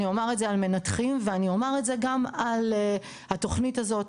אני אומר את זה על מנתחים ואני אומר את זה גם על התוכנית הזאת,